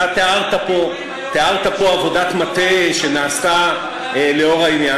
תיארת פה עבודת מטה שנעשתה לאור העניין.